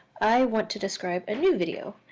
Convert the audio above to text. i want to describe a new video.